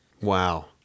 wow